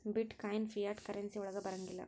ಬಿಟ್ coin fiat currency ವಳಗ್ ಬರಂಗಿಲ್ಲಾ